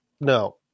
no